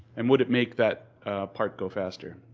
and would it make that part go faster?